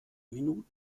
minuten